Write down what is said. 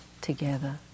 together